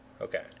Okay